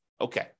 Okay